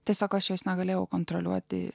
tiesiog aš jos negalėjau kontroliuoti